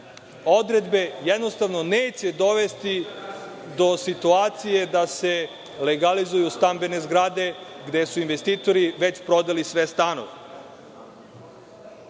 odredbe jednostavno neće dovesti do situacije da se legalizuju stambene zgrade gde su investitori već prodali sve stanove. Ovaj